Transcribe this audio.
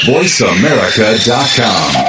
VoiceAmerica.com